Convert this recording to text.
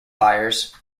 fires